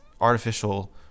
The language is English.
artificial